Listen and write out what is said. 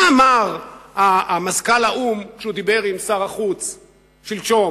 מה אמר מזכ"ל האו"ם כשדיבר עם שר החוץ שלשום?